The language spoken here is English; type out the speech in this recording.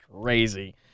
crazy